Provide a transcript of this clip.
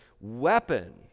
weapon